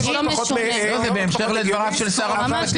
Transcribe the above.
זה בהמשך לדבריו של שר המשפטים.